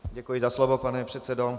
Děkuji za slovo, pane předsedo.